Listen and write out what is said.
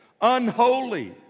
unholy